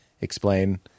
explain